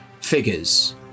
figures